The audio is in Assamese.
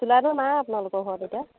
চোলাইটো নাই আপোনালোকৰ ঘৰত এতিয়া